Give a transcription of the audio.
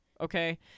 Okay